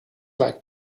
like